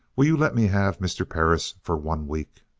will you let me have mr. perris for one week?